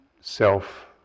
self